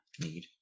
need